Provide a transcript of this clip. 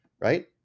Right